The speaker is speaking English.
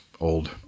old